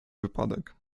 przypadek